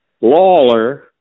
Lawler